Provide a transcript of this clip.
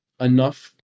enough